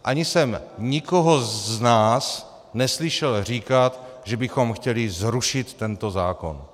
Ani jsem nikoho z nás neslyšel říkat, že bychom chtěli zrušit tento zákon.